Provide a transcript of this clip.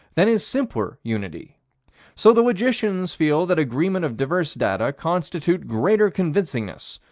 than is simpler unity so the logicians feel that agreement of diverse data constitute greater convincingness,